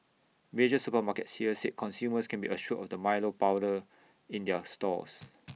major supermarkets here said consumers can be assured of the milo powder in their stores